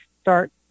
start